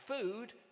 food